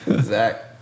Zach